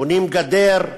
בונים גדר,